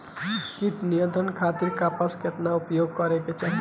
कीट नियंत्रण खातिर कपास केतना उपयोग करे के चाहीं?